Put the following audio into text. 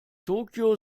tokyo